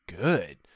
good